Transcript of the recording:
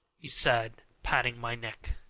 he said, patting my neck.